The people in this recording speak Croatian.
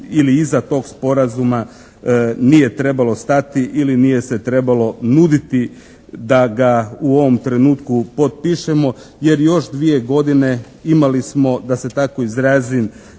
ili iza tog sporazuma nije trebalo stati ili nije se trebalo nuditi da ga u ovom trenutku potpišemo jer još dvije godine imali smo da se tako izrazim